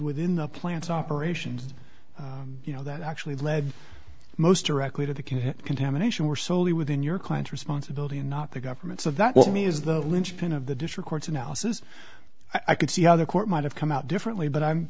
within the plant operations you know that actually led most directly to the can contamination were solely within your client's responsibility and not the government so that was me is the linchpin of the dish records analysis i could see how the court might have come out differently but i'm